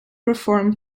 perform